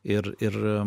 ir ir